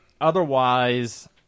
otherwise